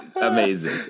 amazing